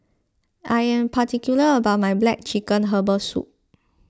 I am particular about my Black Chicken Herbal Soup